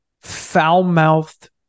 foul-mouthed